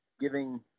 giving